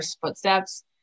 footsteps